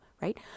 right